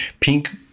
Pink